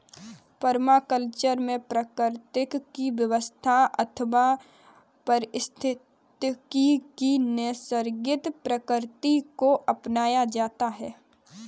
permaculture में प्रकृति की व्यवस्था अथवा पारिस्थितिकी की नैसर्गिक प्रकृति को अपनाया जाता है